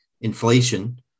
inflation